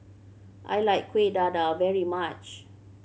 I like Kueh Dadar very much